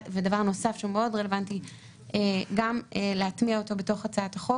ודבר נוסף שמאוד רלוונטי גם להטמיע אותו בתוך הצעת החוק